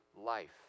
life